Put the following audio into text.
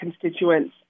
constituents